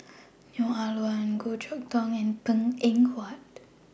Neo Ah Luan Goh Chok Tong and Png Eng Huat